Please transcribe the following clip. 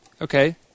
Okay